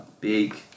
big